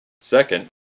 Second